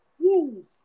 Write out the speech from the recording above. Woo